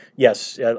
Yes